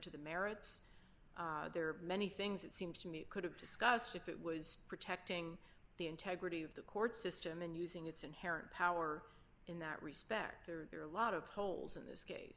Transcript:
to the merits there are many things it seems to me could have discussed if it was protecting the integrity of the court system and using its inherent power in that respect there are a lot of holes in this case